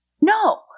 No